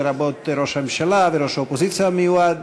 לרבות ראש הממשלה וראש האופוזיציה המיועד.